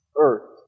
earth